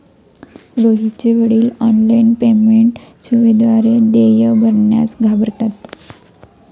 रोहितचे वडील online payment सेवेद्वारे देय भरण्यास घाबरतात